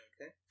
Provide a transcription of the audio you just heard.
Okay